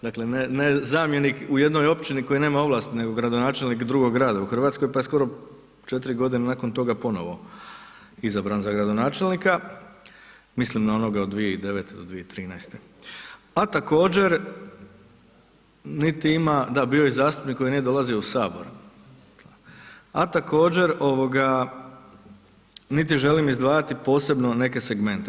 Dakle, ne zamjenik u jednoj općini koja nema ovlasti nego gradonačelnik drugog grada u Hrvatskoj pa je skoro 4 godine nakon toga ponovo izabran za gradonačelnika, mislim na onoga od 2009. do 2013., a također niti ima, da bio je zastupnik koji nije dolazio u sabor, a također niti želim izdvajati posebno neke segmente.